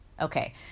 Okay